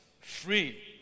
free